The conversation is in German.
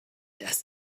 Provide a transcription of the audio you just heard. dass